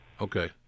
Okay